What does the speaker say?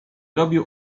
robił